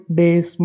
days